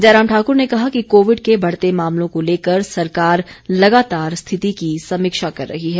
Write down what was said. जयराम ठाकुर ने कहा कि कोविड के बढ़ते मामलों को लेकर सरकार लगातार स्थिति की समीक्षा कर रही है